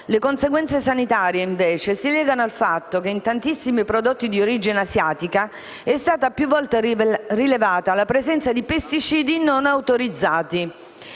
Le conseguenze sanitarie, invece, si legano al fatto che in tantissimi prodotti di origine asiatica è stata più volte rilevata la presenza di pesticidi non autorizzati,